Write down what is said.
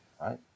right